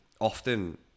often